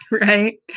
Right